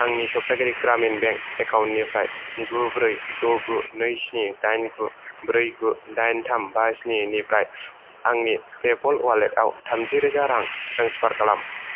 आंनि सप्तागिरि ग्रामिन बेंक एकाउन्टनिफ्राय गु ब्रै द' गु नै स्नि दाइन गु ब्रै गु दाइन थाम बा स्नि निफ्राय आंनि पेप'ल अवालेटाव थामजि रोजा रां ट्रेन्सफार खालाम